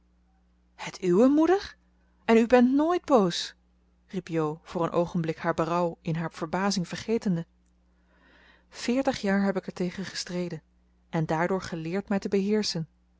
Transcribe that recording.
het uwe moeder en u bent nooit boos riep jo voor een oogenblik haar berouw in haar verbazing vergetende veertig jaar heb ik er tegen gestreden en daardoor geleerd mij te beheerschen